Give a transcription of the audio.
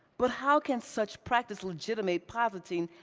but how can such practice legitimate poverty?